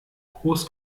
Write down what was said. groß